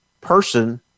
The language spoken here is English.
person